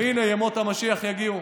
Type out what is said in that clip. והינה ימות המשיח יגיעו,